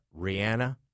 Rihanna